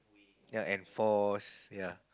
ya enforce ya